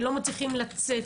שלא מצליחים לצאת.